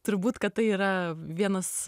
turbūt kad tai yra vienas